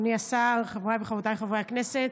אדוני השר, חבריי וחברותיי חברי הכנסת,